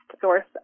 source